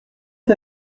est